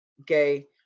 Okay